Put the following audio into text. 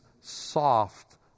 soft